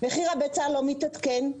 מחיר הביצה לא מתעדכן,